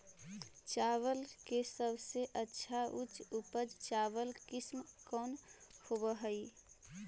चावल के सबसे अच्छा उच्च उपज चावल किस्म कौन होव हई?